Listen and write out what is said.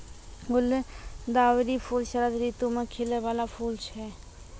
गुलदावरी फूल शरद ऋतु मे खिलै बाला फूल छै